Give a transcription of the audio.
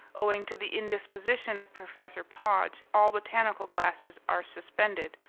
owing to the indisposition of professor podge, all botanical classes are suspended,